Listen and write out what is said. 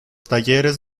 talleres